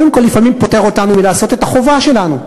קודם כול לפעמים פוטר אותנו מלעשות את החובה שלנו,